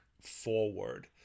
forward